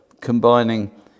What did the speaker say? combining